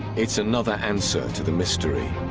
it's another answer to the mystery